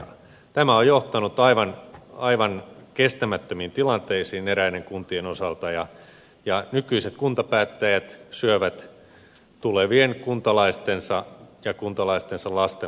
tämä on johtanut aivan kestämättömiin tilanteisiin eräiden kuntien osalta ja nykyiset kuntapäättäjät syövät tulevien kuntalaistensa ja kuntalaistensa lasten lautasilta